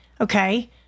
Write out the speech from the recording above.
okay